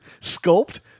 sculpt